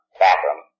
bathroom